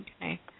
okay